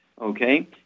Okay